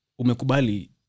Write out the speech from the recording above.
umekubali